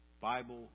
Bible